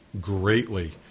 greatly